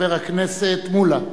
חבר הכנסת מולה,